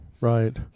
Right